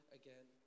again